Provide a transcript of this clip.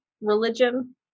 religion